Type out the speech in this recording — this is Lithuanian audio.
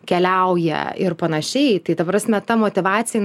keliauja ir panašiai tai ta prasme ta motyvacija